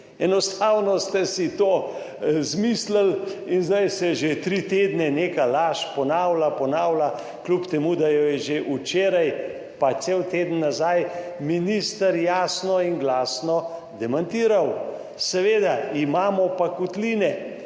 Enostavno ste si to izmislili in zdaj se že tri tedne neka laž ponavlja, ponavlja kljub temu, da jo je že včeraj pa cel teden nazaj minister jasno in glasno demantiral. Seveda imamo pa kotline,